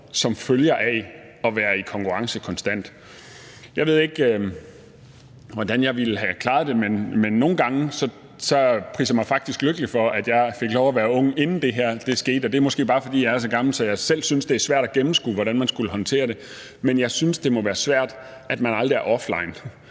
som følger af at være i konkurrence konstant? Jeg ved ikke, hvordan jeg ville have klaret det, men nogle gange priser jeg mig faktisk lykkelig for, at jeg fik lov at være ung, inden det her skete. Det er måske bare, fordi jeg er så gammel, at jeg selv synes, at det er svært at gennemskue, hvordan man skulle have håndteret det, men jeg synes, det må være svært aldrig at være offline